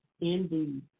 indeed